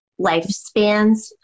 lifespans